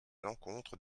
l’encontre